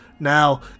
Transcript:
Now